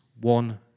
one